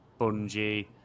Bungie